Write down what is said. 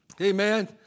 Amen